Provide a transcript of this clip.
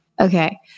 okay